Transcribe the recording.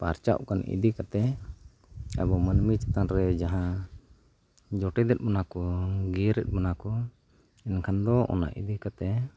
ᱯᱟᱨᱪᱟᱜ ᱠᱟᱱ ᱤᱫᱤ ᱠᱟᱛᱮᱫ ᱟᱵᱚ ᱢᱟᱹᱱᱢᱤ ᱪᱮᱛᱟᱱ ᱨᱮ ᱡᱟᱦᱟᱸ ᱡᱚᱴᱮᱫᱮᱜ ᱵᱚᱱᱟ ᱠᱚ ᱜᱮᱨ ᱮᱫ ᱵᱚᱱᱟ ᱠᱚ ᱢᱮᱱᱠᱷᱟᱱ ᱫᱚ ᱚᱱᱟ ᱤᱫᱤ ᱠᱟᱛᱮᱫ